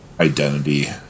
Identity